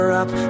up